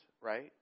right